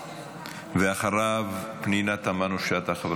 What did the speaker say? ואחריו חברת הכנסת פנינה תמנו שטה.